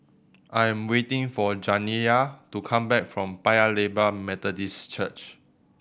I am waiting for Janiya to come back from Paya Lebar Methodist Church